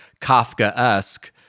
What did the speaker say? Kafka-esque